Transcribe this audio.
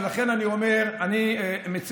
ולכן אני אומר שאני מציע,